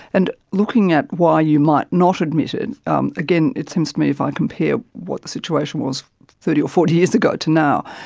and looking at why you might not admit it, um again it seems to me if i compare what the situation was thirty or forty years ago to now,